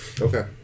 Okay